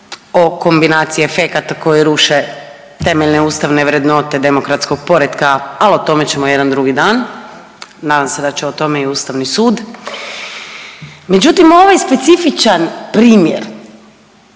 o kombinaciji efekata koji ruše temeljne ustavne vrednote demokratskog poretka ali o tome ćemo jedan drugi dan. Nadam se da će o tome i Ustavni sud. Međutim, ovaj specifičan primjer